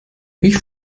ich